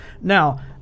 Now